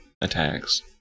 attacks